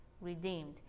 redeemed